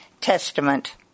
Testament